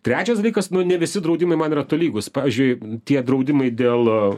trečias dalykas nu ne visi draudimai man yra tolygūs pavyzdžiui tie draudimai dėl